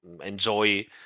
enjoy